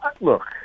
look